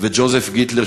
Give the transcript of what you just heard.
וג'וזף גיטלר,